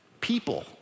people